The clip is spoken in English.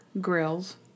grills